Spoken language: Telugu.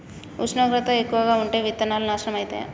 ఉష్ణోగ్రత ఎక్కువగా ఉంటే విత్తనాలు నాశనం ఐతయా?